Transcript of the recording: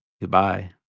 Goodbye